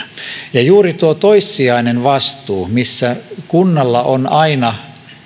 toimijoina juuri tuo toissijainen vastuu missä kunnalla on aina